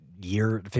year